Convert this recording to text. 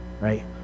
right